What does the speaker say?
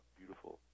beautiful